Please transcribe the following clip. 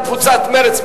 קבוצת מרצ.